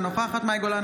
אינה נוכחת מאי גולן,